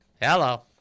Hello